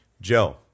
Joe